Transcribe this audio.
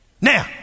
Now